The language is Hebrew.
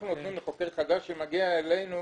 אנחנו נותנים לחוקר חדש שמגיע אלינו